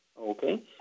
Okay